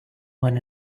when